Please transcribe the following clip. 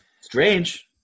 strange